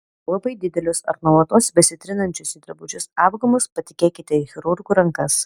labai didelius ar nuolatos besitrinančius į drabužius apgamus patikėkite į chirurgų rankas